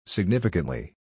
Significantly